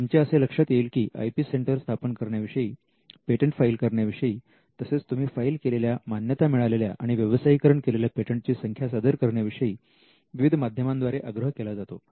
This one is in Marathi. तुमच्या असे लक्षात येईल आय पी सेंटर स्थापन करण्याविषयी पेटंट फाईल करण्याविषयी तसेच तुम्ही फाईल केलेल्या मान्यता मिळालेल्या आणि व्यवसायीकरण केलेल्या पेटंटची संख्या सादर करण्या विषयी विविध माध्यमांद्वारे आग्रह केला जातो